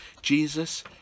Jesus